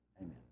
Amen